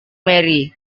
mary